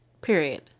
period